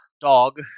dog